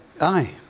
aye